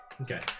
Okay